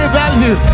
value